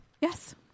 Yes